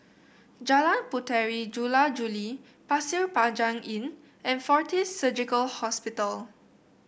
Jalan Puteri Jula Juli Pasir Panjang Inn and Fortis Surgical Hospital